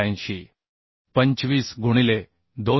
25 गुणिले 2